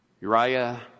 Uriah